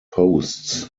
posts